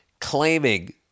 claiming